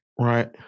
Right